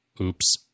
oops